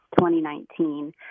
2019